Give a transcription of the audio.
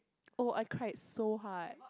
oh I cried so hard